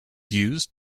used